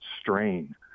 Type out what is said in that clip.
strain